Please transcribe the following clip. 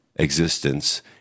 Existence